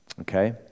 okay